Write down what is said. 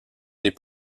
des